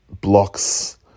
blocks